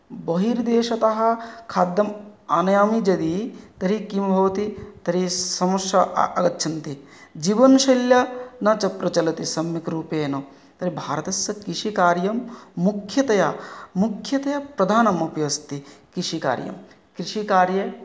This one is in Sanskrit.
बहिर्देशतः खाद्यम् आनयामि जदि तर्हि किं भवति तर्हि समस्या आ आगच्छन्ति जीवनशैल्यां न च प्रचलति सम्यक् रूपेण तर्हि भारतस्य कृषिकार्यं मुख्यतया मुख्यतया प्रधानमपि अस्ति कृषिकार्यं कृषिकार्ये